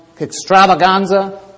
extravaganza